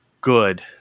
good